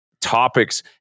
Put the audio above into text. topics